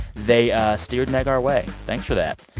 they steered meg our way. thanks for that.